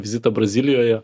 vizitą brazilijoje